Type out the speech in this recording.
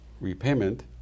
repayment